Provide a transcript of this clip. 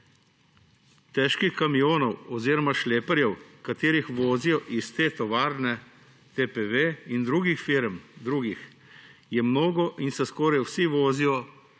Težkih kamionov oziroma šleparjev, ki jih vozijo iz tovarne TPV in drugih firm, je mnogo in se skoraj vsi vozijo